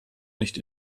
nicht